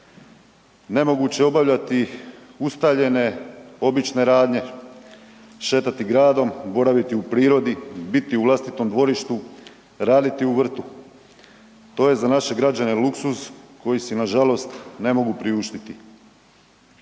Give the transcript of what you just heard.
Nemoguće je obavljati ustaljene obične radnje, šetati gradom, boraviti u prirodi, biti u vlastitom dvorištu, raditi u vrtu. To je za naše građane luksuz koji si nažalost ne mogu priuštiti.